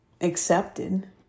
accepted